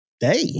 day